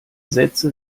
sätze